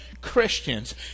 Christians